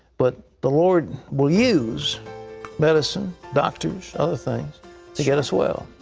but the lord will use medicine, doctors, other things to get us well.